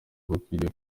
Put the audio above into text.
bakwiriye